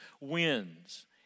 wins